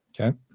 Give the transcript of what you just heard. Okay